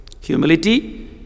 Humility